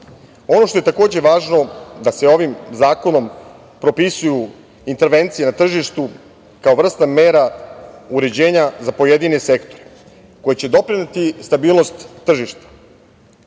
što je takođe važno je da se ovim zakonom propisuju intervencije na tržištu kao vrsta mera uređenja za pojedine sektore koji će doprineti stabilnosti tržišta. Sve